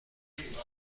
پیدا